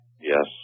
Yes